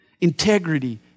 Integrity